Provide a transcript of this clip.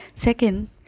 Second